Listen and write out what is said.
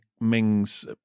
Mings